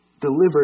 delivered